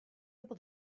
able